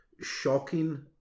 shocking